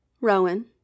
Rowan